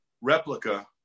replica